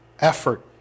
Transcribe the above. effort